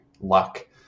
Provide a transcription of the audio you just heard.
luck